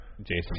Jason